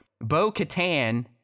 Bo-Katan